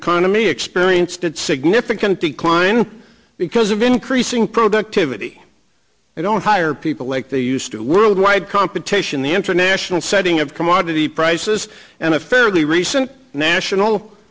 economy experienced its significant decline because of increasing productivity i don't hire people like they used to worldwide competition the international setting of commodity prices and a fairly recent national